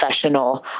professional